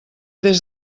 des